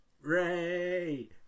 Ray